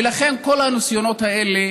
ולכן כל הניסיונות האלה